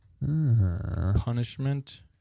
Punishment